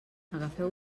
agafeu